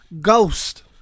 Ghost